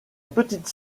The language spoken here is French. petite